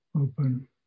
open